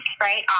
right